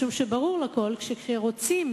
משום שברור לכול כי כשרוצים